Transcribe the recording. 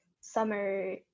summer